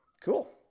Cool